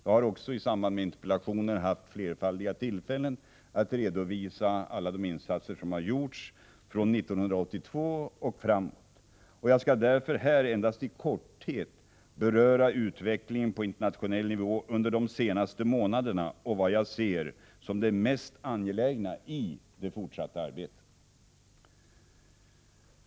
Jag har också i samband med interpellationer haft flerfaldiga tillfällen att redovisa alla de insatser som har gjorts från 1982 och framåt. Jag skall därför här endast i korthet beröra utvecklingen på internationell nivå under de senaste månaderna och vad jag ser som det mest angelägna i det fortsatta arbetet.